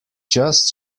just